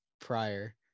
prior